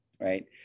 right